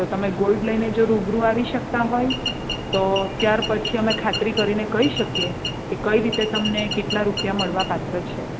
તો તમે ગોલ્ડ લઈને જો રૂબરૂ આવી શકતાં હોય તો ત્યાર પછી અમે ખાતરી કરીને કહી શકીએ કે કઈ રીતે તમને કેટલા રૂપિયા મળવાપાત્ર છે